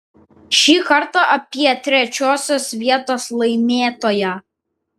šį kartą apie trečiosios vietos laimėtoją